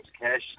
Cash